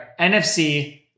NFC